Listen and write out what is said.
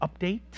update